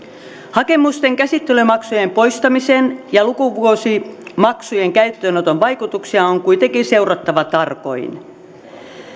hakemusten käsittelymaksujen poistamisen ja lukuvuosimaksujen käyttöönoton vaikutuksia on kuitenkin seurattava tarkoin